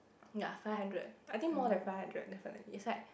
ya five hundred I think more than five hundred definitely is like